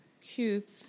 Cute